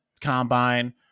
combine